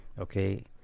Okay